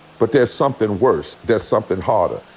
but there's somethin' worse. there's somethin' harder.